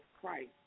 Christ